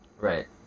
right